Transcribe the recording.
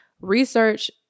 research